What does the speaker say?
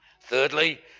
Thirdly